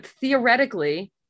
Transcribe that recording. theoretically